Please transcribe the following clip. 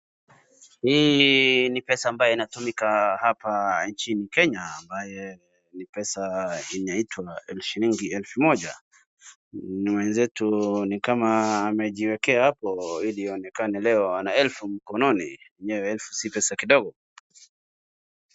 Hii ni pesa ambaye inatumika haap nchini Kenya ambaye ni pesa inaitwa shilingi elfu moja. Mwenzetu ni kama amejiwekea hapo iliionekane leo ana elfu mkononi, enyewe elfu si pesa kidogo.